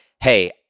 hey